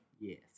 Yes